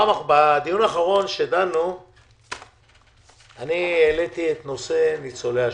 התשפ"א 2021. בדיון האחרון העליתי את נושא ניצולי שואה.